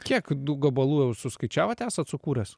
kiek tų gabalų jau suskaičiavot esat sukūręs